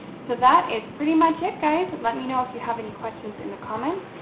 so, that is pretty much it, guys. and let me know if you have any questions, in the comments.